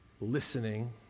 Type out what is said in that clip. listening